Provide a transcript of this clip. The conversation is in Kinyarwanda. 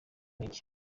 n’iki